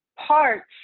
parts